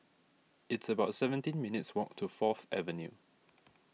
it's about seventeen minutes' walk to Fourth Avenue